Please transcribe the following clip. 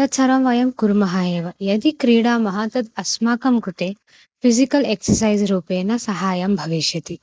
तत्सर्वं वयं कुर्मः एव यदि क्रीडामः तद् अस्माकं कृते फ़िजिकल् एक्सैस् रूपेण सहायं भविष्यति